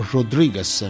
Rodriguez